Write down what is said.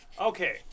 okay